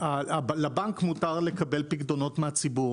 לבנק מותר לקבל פיקדונות מהציבור,